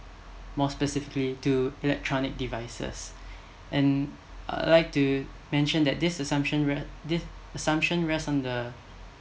more specifically to electronic devices and I'd like to mention that this assumption re~ this assumption rest on the